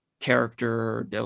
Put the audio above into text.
character